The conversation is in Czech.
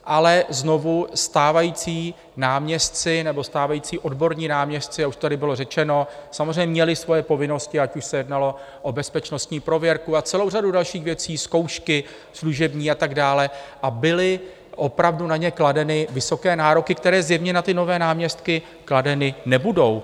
Ale znovu, stávající náměstci nebo stávající odborní náměstci, a už to tady bylo řečeno, samozřejmě měli svoje povinnosti, ať už se jednalo o bezpečnostní prověrku a celou řadu dalších věcí, zkoušky, služební a tak dále, a byly opravdu na ně kladeny vysoké nároky, které zjevně na nové náměstky kladeny nebudou.